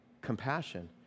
compassion